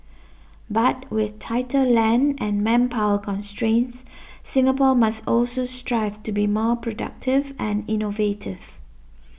but with tighter land and manpower constraints Singapore must also strive to be more productive and innovative